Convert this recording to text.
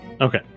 Okay